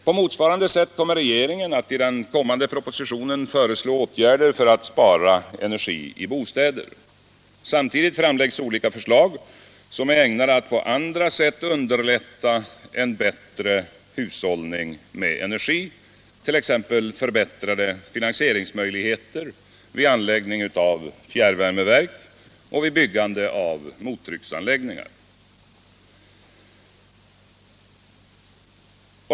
På motsvarande sätt kommer regeringen att i den kommande propositionen föreslå åtgärder för att spara energi i bostäder. Samtidigt framläggs olika förslag som är ägnade att på andra sätt underlätta en bättre hushållning med energi, t.ex. förbättrade finansieringsmöjligheter vid anläggningar av fjärrvärmeverk och vid byggande av mottrycksanläggningar.